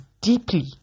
deeply